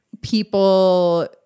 people